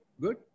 good